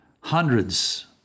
hundreds